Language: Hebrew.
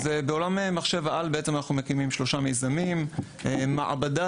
בעולם מחשב-העל אנחנו מקימים 3 מיזמים: מעבדה